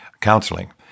counseling